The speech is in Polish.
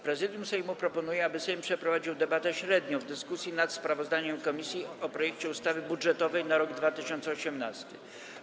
Prezydium Sejmu proponuje, aby Sejm przeprowadził debatę średnią w dyskusji nad sprawozdaniem komisji o projekcie ustawy budżetowej na rok 2018.